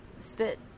spit